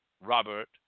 Robert